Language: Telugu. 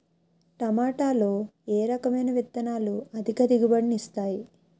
టమాటాలో ఏ రకమైన విత్తనాలు అధిక దిగుబడిని ఇస్తాయి